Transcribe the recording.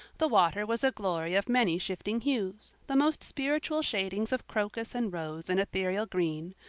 the water was a glory of many shifting hues the most spiritual shadings of crocus and rose and ethereal green,